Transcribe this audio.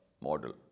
model